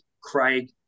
Craig